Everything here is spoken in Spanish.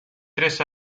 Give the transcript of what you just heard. tres